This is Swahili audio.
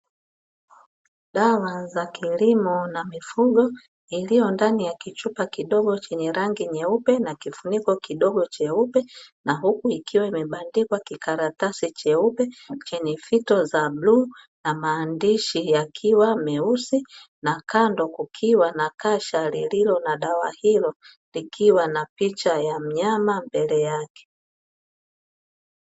Dawa za kilimo na mifugo iliyo ndani ya kichupa kidogo chenye rangi nyeupe na kifuniko kidogo cheupe, na huku ikiwa imebandikwa kikaratasi cheupe chenye fito za bluu na maandishi yakiwa meusi na kando kukiwa na kasha lililo na dawa hilo likiwa na picha ya mnyama mbele yake.